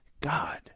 God